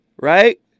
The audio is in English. Right